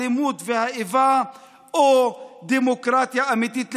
האלימות והאיבה או של דמוקרטיה אמיתית לכולם,